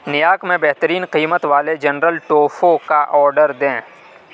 نیاک میں بہترین قیمت والے جنرل ٹوفو کا آرڈر دیں